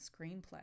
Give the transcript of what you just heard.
screenplay